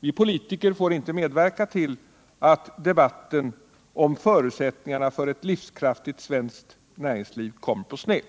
Vi politiker får inte medverka till att debatten om ett livskraftigt svenskt näringsliv kommer på sned.